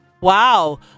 Wow